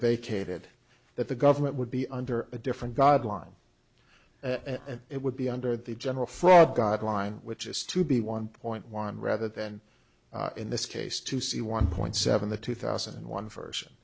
vacated that the government would be under a different god line and it would be under the general fraud guideline which is to be one point one rather than in this case to see one point seven the two thousand and one version